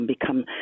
become